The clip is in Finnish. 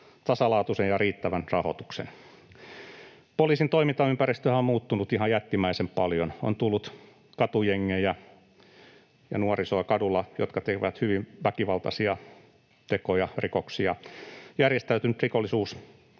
tasalaatuisen ja riittävän rahoituksen. Poliisin toimintaympäristöhän on muuttunut ihan jättimäisen paljon. On tullut katujengejä, ja kaduilla on nuorisoa, joka tekee hyvin väkivaltaisia tekoja, rikoksia. Järjestäytynyt rikollisuus